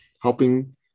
helping